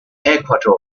ecuador